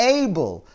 able